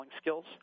skills